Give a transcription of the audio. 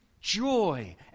joy